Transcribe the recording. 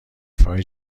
فای